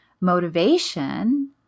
motivation